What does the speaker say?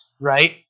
right